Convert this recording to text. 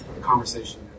conversation